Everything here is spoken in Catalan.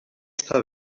està